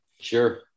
sure